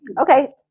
Okay